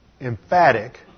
emphatic